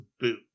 boot